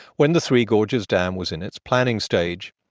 when the three gorges dam was in its planning stage.